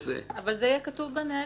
זה יהיה כתוב בנהלים.